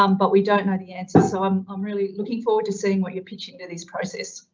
um but we don't know the answer. so i'm um really looking forward to seeing what you're pitching to this process.